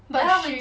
but she